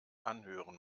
anhören